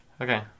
Okay